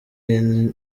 iyi